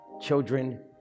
children